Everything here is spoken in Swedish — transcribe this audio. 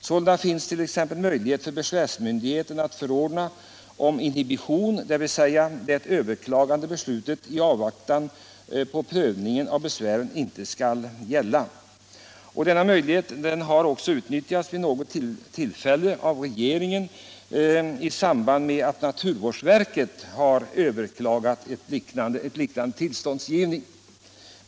Sålunda finns t.ex. möjlighet för besvärsmyndigheten —---—- att förordna om inhibition, dvs. att överklagade beslutet i avvaktan på prövningen av anförda besvär inte skall gälla.” Denna möjlighet har också utnyttjats vid något tillfälle av regeringen i samband med att naturvårdsverket har överklagat en liknande tillståndsgivning.